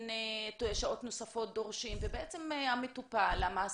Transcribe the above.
כן שעות נוספות דורשים, ובעצם, המטופל, המעסיק,